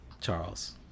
charles